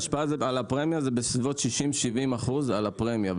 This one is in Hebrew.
ההשפעה על הפרמיה זה בסביבות 70%-60% על הפרמיה.